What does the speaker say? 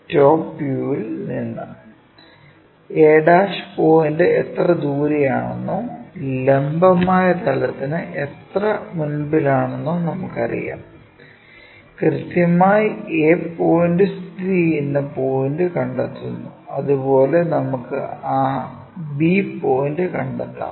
top വ്യൂവിൽ നിന്ന് A point എത്ര ദൂരെയാണെന്നോ ലംബമായ തലത്തിനു എത്ര മുന്പിലാണെന്നോ നമുക്കറിയാം കൃത്യമായി a പോയിന്റ് സ്ഥിതിചെയ്യുന്ന പോയിന്റ് കണ്ടെത്തുന്നു അതുപോലെ നമുക്കു ആ b പോയിന്റ് കണ്ടെത്താം